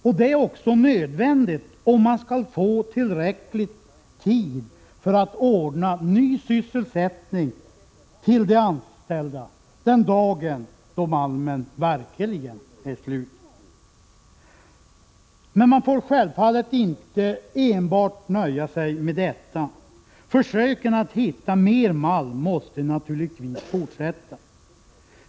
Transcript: Detta är också nödvändigt om man skall få tillräcklig tid för att ordna ny sysselsättning till de anställda den dagen då malmen verkligen är slut. Men man får självfallet inte enbart nöja sig med detta. Försöken att hitta mer malm måste naturligtvis fortsätta.